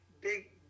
big